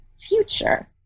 future